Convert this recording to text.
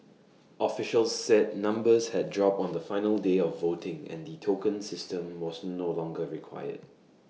officials said numbers had dropped on the final day of voting and the token system was no longer required